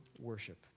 worship